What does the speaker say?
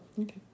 okay